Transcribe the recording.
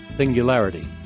Singularity